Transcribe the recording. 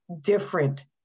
different